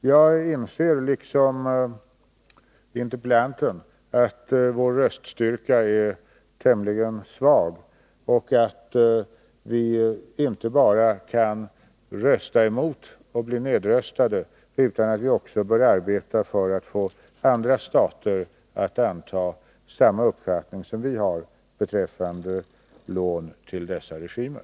Jag inser, liksom interpellanten, att vår röststyrka är tämligen svag och att vi inte bara kan rösta emot och bli nedröstade, utan vi bör också arbeta för att få andra stater att anta samma uppfattning som vi har beträffande lån till dessa regimer.